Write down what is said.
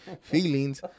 feelings